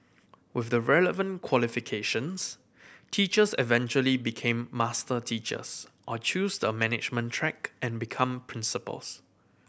with the relevant qualifications teachers eventually become master teachers or choose the management track and become principals